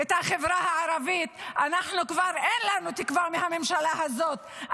החברה הערבית, כבר אין לנו תקווה מהממשלה הזאת.